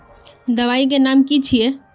दबाई के नाम की छिए?